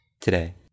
today